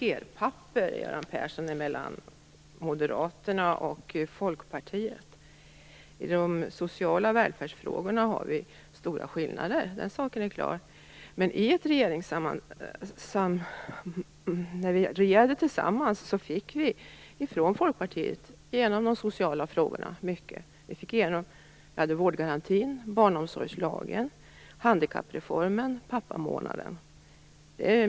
Fru talman! Man kan inte sätta kalkerpapper, Göran Persson, mellan Moderaterna och Folkpartiet. I de sociala välfärdsfrågorna finns det stora skillnader, den saken är klar. När vi regerade tillsammans fick vi från Folkpartiet igenom många av de sociala frågorna. Det var vårdgarantin, barnomsorgslagen, handikappreformen och pappamånaden.